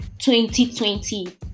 2020